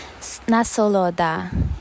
Nasoloda